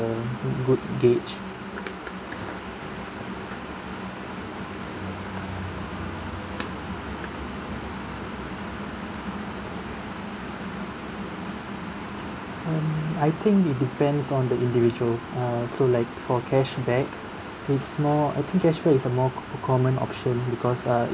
good gauge um I think it depends on the individual err so like for cashback is more I think cashback is a more common option because uh